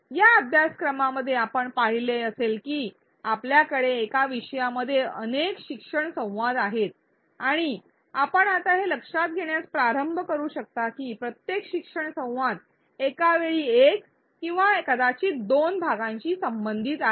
या अभ्यासक्रमामध्ये आपण पाहिले असेल की आपल्याकडे एका विषयामध्ये अनेक शिक्षण संवाद आहेत आणि आपण आता हे लक्षात घेण्यास प्रारंभ करू शकता की प्रत्येक शिक्षण संवाद एका वेळी एक किंवा कदाचित दोन भागांशी संबंधित आहे